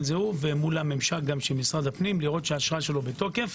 זה הוא ומול הממשק של משרד הפנים לראות שהאשרה שלו בתוקף.